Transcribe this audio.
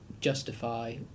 justify